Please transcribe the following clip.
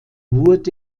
wurde